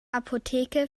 apotheke